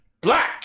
Black